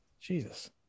Jesus